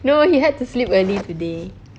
no he had to sleep early today